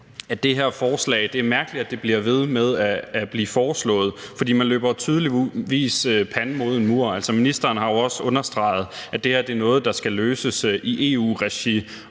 til gengæld, det er mærkeligt, at det her forslag bliver ved med at blive fremsat, får man løber jo tydeligvis panden mod muren. Altså, ministeren har jo også understreget, at det her er noget, der skal løses i EU-regi,